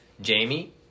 Jamie